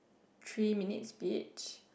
three minutes speech